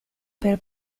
per